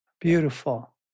Beautiful